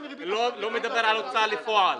מ --- אני לא מדבר על הוצאה לפועל,